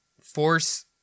force